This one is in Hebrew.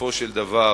בסופו של דבר,